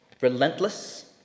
relentless